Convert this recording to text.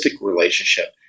relationship